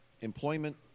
employment